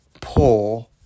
poor